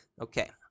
Okay